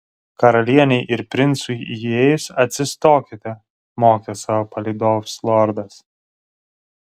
karalienei ir princui įėjus atsistokite mokė savo palydovus lordas